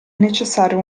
necessario